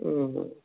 ಹ್ಞೂ ಹ್ಞೂ